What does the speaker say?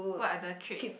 what other traits